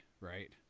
right